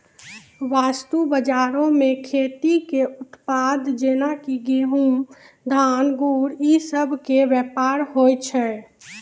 वस्तु बजारो मे खेती के उत्पाद जेना कि गहुँम, धान, गुड़ इ सभ के व्यापार होय छै